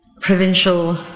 provincial